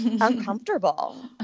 uncomfortable